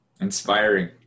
Inspiring